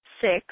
six